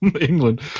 England